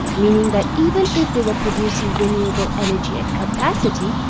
meaning that even if they were producing renewable energy at capacity,